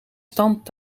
stand